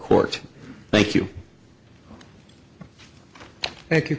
court thank you thank you